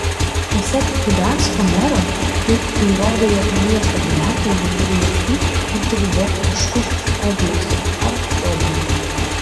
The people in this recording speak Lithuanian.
pasak gdansko mero tai įrodo jog miesto gyventojai neturi jokių antivokiškų kompleksų ar fobijų